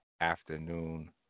Afternoon